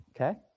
Okay